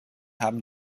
haben